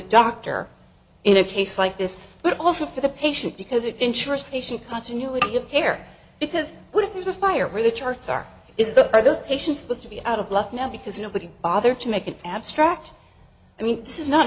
doctor in a case like this but also for the patient because it ensures patient continuity of care because what if there's a fire where the charts are is that are those patients supposed to be out of luck now because nobody bothered to make an abstract i mean